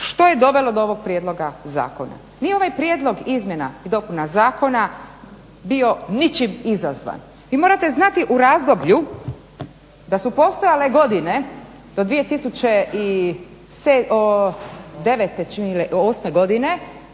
što je dovelo do ovog prijedloga Zakona. Nije ovaj prijedlog izmjena i dopuna zakona bio ničim izazvan. Vi morate znati u razdoblju da su postojale godine do 2008. godine